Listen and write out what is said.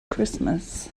christmas